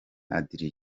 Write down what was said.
adrien